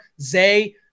Zay